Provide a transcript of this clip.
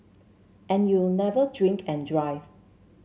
and you'll never drink and drive